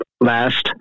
last